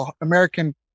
American